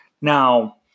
Now